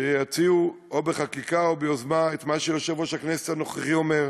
שיציעו או בחקיקה או ביוזמה את מה שיושב-ראש הכנסת הנוכחי אומר,